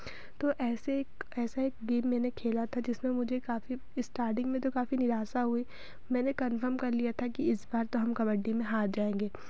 तो ऐसे ऐसा एक गेम मैंने खेला था जिसमें मुझे काफ़ी इस्टार्डिंग में तो काफ़ी निराशा हुई मैंने कन्फर्म कर लिया था कि इस बार तो हम कबड्डी में हार जाएँगे